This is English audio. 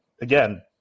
again